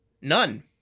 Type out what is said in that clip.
None